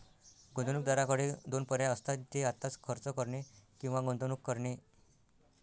गुंतवणूकदाराकडे दोन पर्याय असतात, ते आत्ताच खर्च करणे किंवा गुंतवणूक करणे